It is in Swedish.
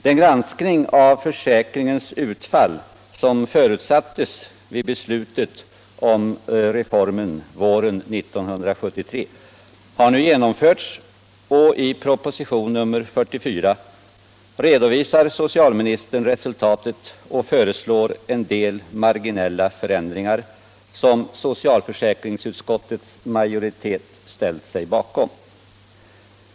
Den granskning av försäkringens utfall, som förutsattes vid beslutet om reformen våren 1973, har nu genomförts och i proposition nr 44 redovisar socialministern resultatet och föreslår en del marginella förändringar, som socialförsäkringsutskottets majoritet ställt sig bakom.